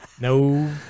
No